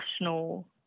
national